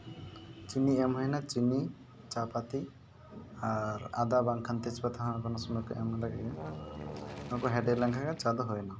ᱪᱤᱱᱤ ᱮᱢ ᱦᱩᱭᱱᱟ ᱪᱤᱱᱤ ᱪᱟ ᱯᱟ ᱛᱤ ᱟᱨ ᱟᱫᱟ ᱵᱟᱝᱠᱷᱟᱱ ᱛᱮᱡᱯᱟᱛᱟ ᱦᱚᱸ ᱠᱳᱱᱳ ᱥᱚᱢᱚᱭ ᱠᱚ ᱮᱢ ᱵᱟᱲᱟ ᱠᱮᱫ ᱜᱮᱭᱟ ᱚᱱᱟ ᱠᱚ ᱦᱮᱰᱮᱡ ᱞᱮᱱ ᱠᱷᱟᱡ ᱜᱮ ᱪᱟ ᱫᱚ ᱦᱳᱭᱮᱱᱟ